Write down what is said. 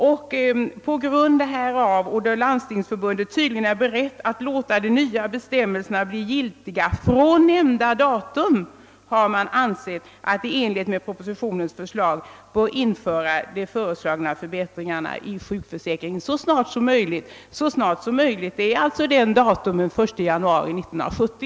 Vidare heter det: »På grund härav och då Landstingsförbundet tydligen är berett att låta de nya bestämmelserna bli giltiga från nämnda datum har vi ansett att man i enlighet med propositionens förslag bör införa de föreslagna förbättringarna i sjukförsäkringen så snart som möjligt.» »Så snart som möjligt» är alltså nämnda datum, den 1 januari 1970.